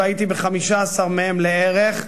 והייתי ב-15 מהם לערך,